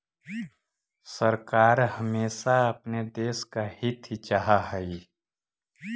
सरकार हमेशा अपने देश का हित ही चाहा हई